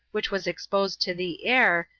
which was exposed to the air,